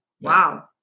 Wow